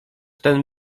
ten